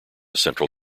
central